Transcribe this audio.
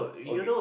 okay